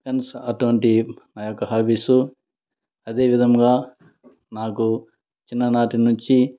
అటువంటి హాబీసు అదేవిధముగా నాకు చిన్ననాటినుంచి